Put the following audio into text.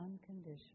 unconditional